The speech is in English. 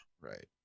Right